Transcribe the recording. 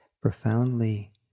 profoundly